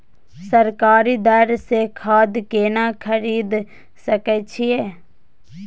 सरकारी दर से खाद केना खरीद सकै छिये?